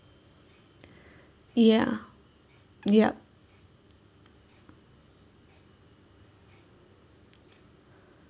ya yup